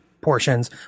portions